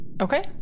Okay